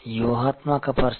వ్యూహాత్మక పరిస్థితి